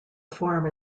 form